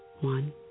One